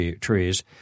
trees